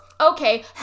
okay